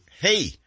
hey